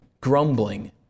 Grumbling